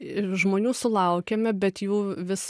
žmonių sulaukiame bet jų vis